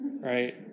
right